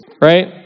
right